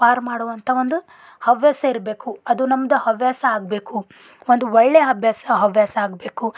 ಪಾರು ಮಾಡುವಂಥ ಒಂದು ಹವ್ಯಾಸ ಇರಬೇಕು ಅದು ನಮ್ದು ಹವ್ಯಾಸ ಆಗಬೇಕು ಒಂದು ಒಳ್ಳೆ ಅಭ್ಯಾಸ ಹವ್ಯಾಸ ಆಗಬೇಕು